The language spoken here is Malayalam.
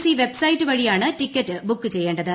സി വെബ്സൈറ്റ് വഴിയാണ് ടിക്കറ്റ് ബുക്ക് ചെയ്യേണ്ടത്